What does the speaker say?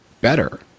better